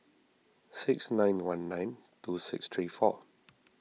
six nine one nine two six three four